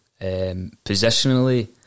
Positionally